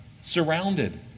surrounded